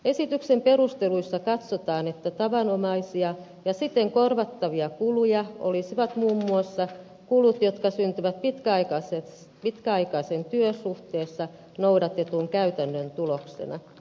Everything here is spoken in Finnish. esityksen perusteluissa katsotaan että tavanomaisia ja siten korvattavia kuluja olisivat muun muassa kulut jotka syntyvät työsuhteessa noudatetun pitkäaikaisen käytännön tuloksena